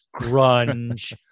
grunge